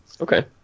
Okay